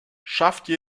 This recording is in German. schaffte